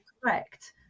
correct